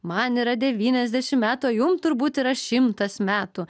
man yra devyniasdešim metų o jum turbūt yra šimtas metų